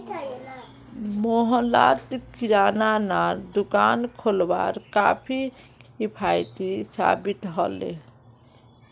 मोहल्लात किरानार दुकान खोलवार काफी किफ़ायती साबित ह ले